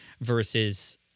versus